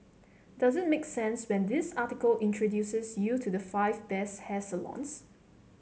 does it make sense when this article introduces you the five best hair salons